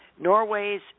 Norway's